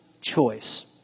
choice